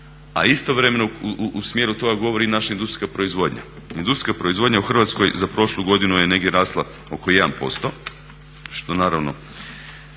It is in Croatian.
A istovremeno u smjeru toga govori i naša industrijska proizvodnja. Industrijska proizvodnja u Hrvatskoj za prošlu godinu je negdje rasla oko 1% što naravno